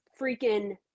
freaking